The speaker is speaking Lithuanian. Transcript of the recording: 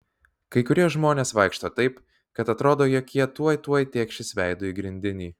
kai kurie žmonės vaikšto taip kad atrodo jog jie tuoj tuoj tėkšis veidu į grindinį